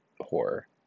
horror